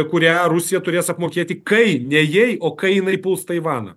kurią rusija turės apmokėti kai ne jei o kai jinai puls taivaną